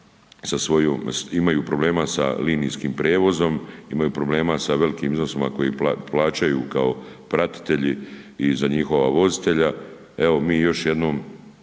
imaju problema sa linijskim prijevozom, imaju problema sa velikim iznosima koje plaćaju kao pratitelji i za njihova vozitelja.